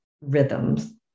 rhythms